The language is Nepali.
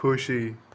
खुसी